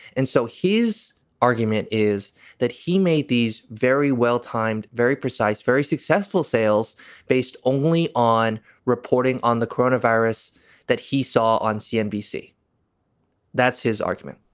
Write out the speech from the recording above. and so his argument is that he made these very well-timed, very precise, very successful sales based only on reporting on the corona virus that he saw on cnbc that's his argument.